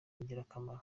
ingirakamaro